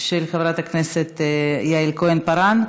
של חברת הכנסת יעל כהן-פארן,